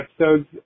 episodes